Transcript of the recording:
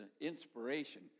inspiration